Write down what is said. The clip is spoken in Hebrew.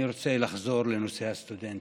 אני רוצה לחזור לנושא הסטודנטים,